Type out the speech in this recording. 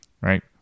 right